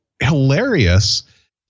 hilarious